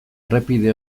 errepide